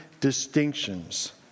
distinctions